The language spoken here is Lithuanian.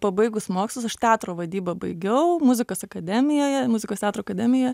pabaigus mokslus aš teatro vadybą baigiau muzikos akademijoje muzikos teatro akademija